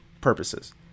purposes